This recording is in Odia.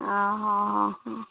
ହଁ ହଁ